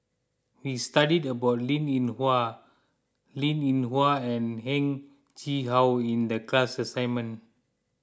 we studied about Linn in Hua Linn in Hua and Heng Chee How in the class assignment